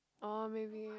oh maybe